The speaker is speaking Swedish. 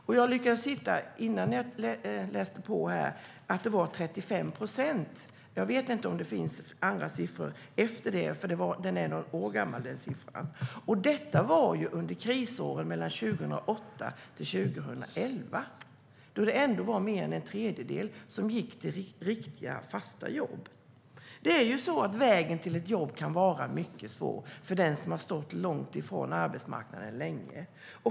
När jag läste på inför detta lyckades jag hitta en siffra på 35 procent. Jag vet inte om det finns andra, senare siffror. Denna är något år gammal. Det här var under krisåren 2008-2011, då det alltså ändå var mer än en tredjedel som gick till riktiga, fasta jobb. Vägen till ett jobb kan vara mycket svår för den som har stått långt ifrån arbetsmarknaden länge.